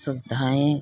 सुविधाएँ